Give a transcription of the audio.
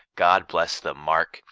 god bless the mark!